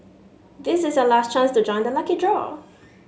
this is your last chance to join the lucky draw